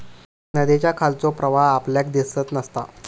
नदीच्या खालचो प्रवाह आपल्याक दिसत नसता